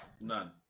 None